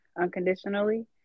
unconditionally